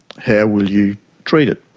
how will you treat it?